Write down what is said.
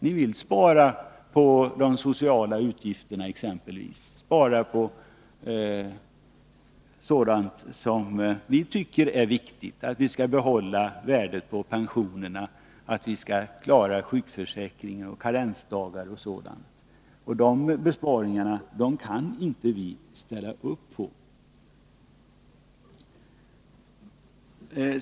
Ni vill spara på exempelvis de sociala utgifterna och på sådant som vi tycker är viktigt, nämligen att behålla värdet på pensionerna, att klara sjukförsäkringen och inte behöva införa karensdagar mera. Dessa besparingar kan vi inte ställa upp på.